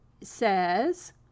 says